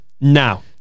Now